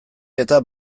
eta